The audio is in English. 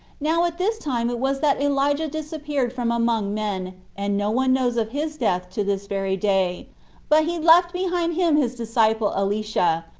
now at this time it was that elijah disappeared from among men, and no one knows of his death to this very day but he left behind him his disciple elisha,